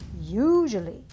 Usually